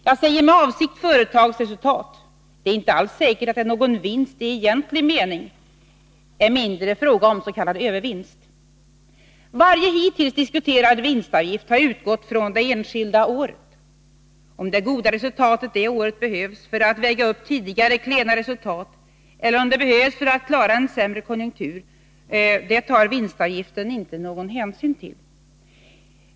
Jag säger med avsikt företagsresultat — det är inte alls säkert att det är fråga om någon vinst i egentlig mening, än mindre om s.k. övervinst. Varje hittills diskuterad vinstavgift har utgått från det enskilda året. Om det goda resultatet det året behövs för att väga upp tidigare klena resultat eller om det behövs för att klara en sämre konjunktur tar vinstavgiften inte någon hänsyn till.